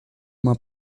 uma